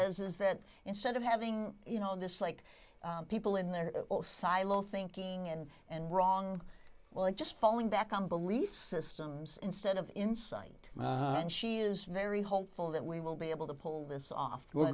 says is that instead of having you know this like people in their silo thinking and and wrong well it just falling back on belief systems instead of insight and she is very hopeful that we will be able to pull this off w